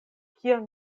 kion